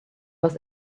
was